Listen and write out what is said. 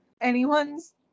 anyone's